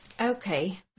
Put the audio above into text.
Okay